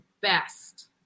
best